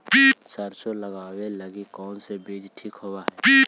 सरसों लगावे लगी कौन से बीज ठीक होव हई?